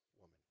woman